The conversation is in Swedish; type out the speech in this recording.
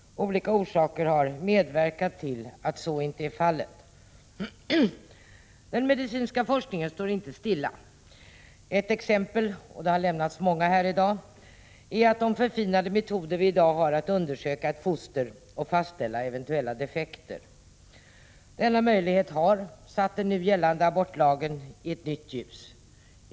Olika orsaker har medverkat till att så inte är fallet. Den medicinska forskningen står inte stilla. Ett exempel på detta — det har lämnats många i dag — är de förfinade metoder vi i dag har för att undersöka ett foster och fastställa eventuella defekter. Denna möjlighet har satt den nu gällande abortlagen i ett nytt ljus.